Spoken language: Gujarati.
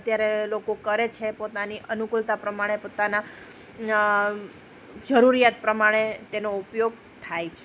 અત્યારે લોકો કરે છે પોતાની અનુકૂળતા પ્રમાણે પોતાના જરૂરિયાત પ્રમાણે તેનો ઉપયોગ થાય છે